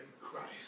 Christ